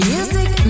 Music